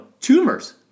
tumors